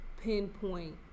pinpoint